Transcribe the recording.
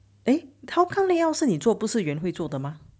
eh how come layout 是你做不是员会做的吗